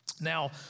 Now